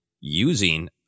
using